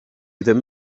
ddim